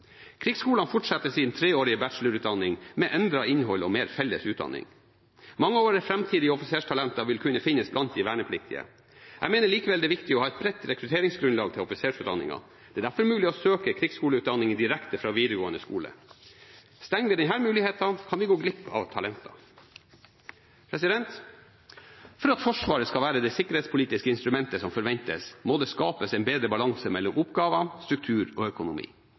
Krigsskolene fortsetter sin treårige bachelorutdanning med endret innhold og mer felles utdanning. Mange av våre framtidige offisertalenter vil kunne finnes blant de vernepliktige. Jeg mener likevel det er viktig å ha et bredt rekrutteringsgrunnlag til offiserutdanningen. Det er derfor mulig å søke krigsskoleutdanningen direkte fra videregående skole. Stenger vi denne muligheten, kan vi gå glipp av talenter. For at Forsvaret skal være det sikkerhetspolitiske instrumentet som forventes, må det skapes en bedre balanse mellom oppgaver, struktur og økonomi.